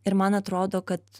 ir man atrodo kad